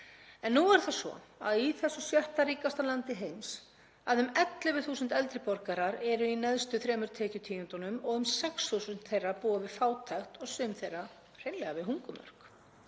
En nú er það svo í þessu sjötta ríkasta landi heims að um 11.000 eldri borgarar eru í neðstu þremur tekjutíundunum og um 6.000 þeirra búa við fátækt og sum þeirra hreinlega við hungurmörk.